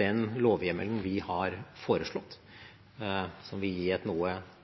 den lovhjemmelen vi har foreslått, som vil gi et noe